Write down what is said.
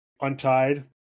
untied